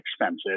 expensive